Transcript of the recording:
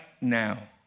now